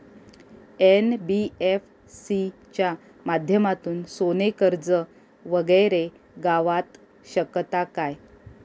NBFC च्या माध्यमातून सोने कर्ज वगैरे गावात शकता काय?